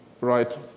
right